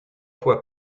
fois